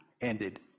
ended